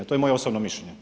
To je moje osobno mišljenje.